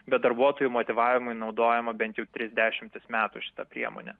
bet darbuotojų motyvavimui naudojama bent jau tris dešimtis metų šita priemonė